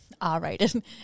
R-rated